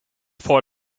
for